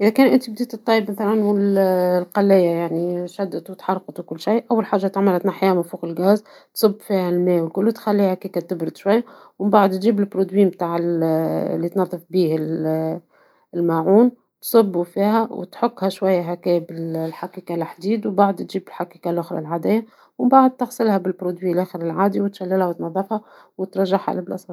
اذا كان أنت بديت تطيب ومن بعد القلاية يعني شدت تحرقت وكل شي ، أول حاجة تعملها تنحيها من فوق الغاز تصب فيها الماء وكلش ، تخليها هكاكا تبرد شوية ، ومن بعد تجيب المنتج لي تنظف به الأواني ، تصبوا فيها وتحكها شواية هكا بالحكاكة الحديد ، ومن بعد تجيب الحكاكة الأخرى ، ومن بعد تغسلها بالمنتج العادي تشللها وتنظفها ، وترجعها لمكانها